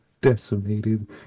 decimated